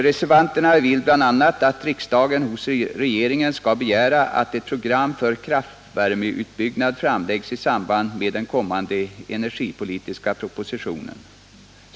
Reservanterna vill bl.a. att riksdagen hos regeringen skall begära att ett program för kraftvärmeutbyggnad framläggs i samband med den kommande energipolitiska propositionen.